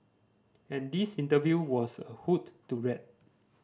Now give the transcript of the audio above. and this interview was a hoot to read